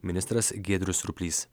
ministras giedrius siurplys